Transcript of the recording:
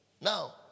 Now